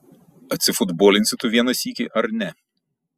atsifutbolinsi tu vieną sykį ar ne